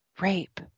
rape